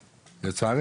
לצערי,